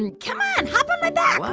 and come on, hop on and